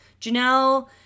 Janelle